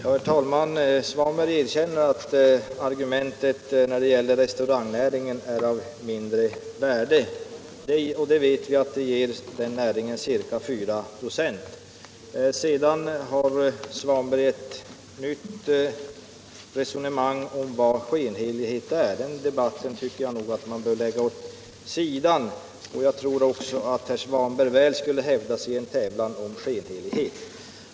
Herr talman! Herr Svanberg erkänner att argumentet när det gäller restaurangnäringen är av mindre värde. Och vi vet också att restaurangnäringen inte får mer än 4 96 av sina inkomster från spelet i fråga. Sedan kommer herr Svanberg med ett nytt resonemang om vad skenhelighet är. Den debatten tycker jag nog att man bör lägga åt sidan. Jag tror att även herr Svanberg väl skulle hävda sig i en tävlan om skenhelighet.